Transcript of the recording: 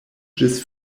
ĝis